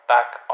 back